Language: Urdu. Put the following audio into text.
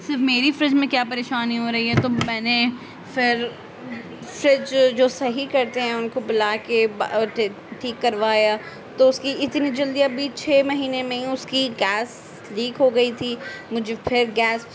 صرف میری فریج میں کیا پریشانی ہو رہی ہے تو میں نے پھر فریج جو صحیح کرتے ہیں ان کو بلا کے ٹھیک کروایا تو اس کی اتنی جلدی ابھی چھ مہینے میں ہی اس کی گیس لیک ہو گئی تھی مجھے پھر گیس